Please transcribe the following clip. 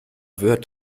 wird